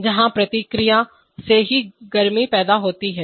जहां प्रतिक्रिया से ही गर्मी पैदा होती है